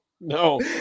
no